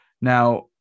Now